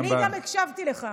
אני גם הקשבתי לך.